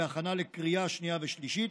בהכנה לקריאה שנייה ושלישית,